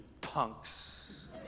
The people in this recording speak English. punks